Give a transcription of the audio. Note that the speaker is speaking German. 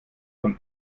von